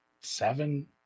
seven